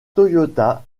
toyota